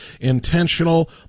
intentional